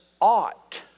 ought